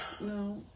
No